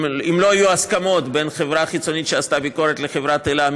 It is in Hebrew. אם לא יהיו הסכמות בין החברה החיצונית שעשתה את הביקורת לחברת אל"ה,